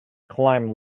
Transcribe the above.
climb